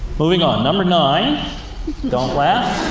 moving on. number nine don't laugh